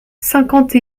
cinquante